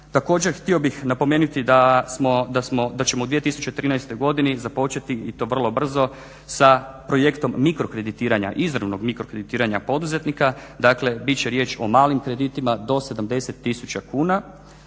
Također, htio bih napomenuti da ćemo u 2013. godini započeti i to vrlo brzo sa projektom mikro kreditiranja, izravnog mikro kreditiranja poduzetnika. Dakle, bit će riječ o malim kreditima do 70000 kn